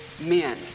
men